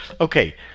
Okay